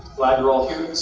glad you're all here